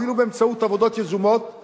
אפילו באמצעות עבודות יזומות;